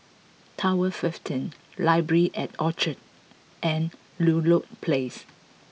Tower fifteen Library at Orchard and Ludlow Place